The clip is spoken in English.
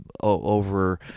over